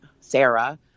Sarah